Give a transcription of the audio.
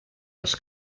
les